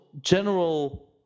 general